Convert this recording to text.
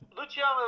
Luciano